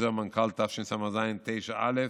בחוזר מנכ"ל תשסז 9/א',